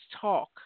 talk